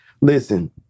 listen